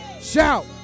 Shout